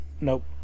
Nope